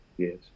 Yes